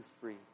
free